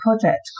project